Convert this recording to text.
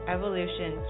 Evolution